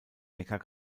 neckar